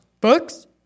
Books